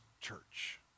church